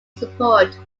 support